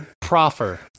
proffer